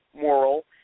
moral